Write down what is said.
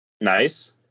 Nice